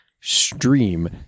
stream